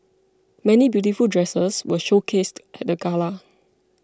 many beautiful dresses were showcased at the gala